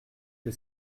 que